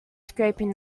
scraping